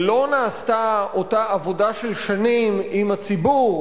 לא נעשתה אותה עבודה של שנים עם הציבור,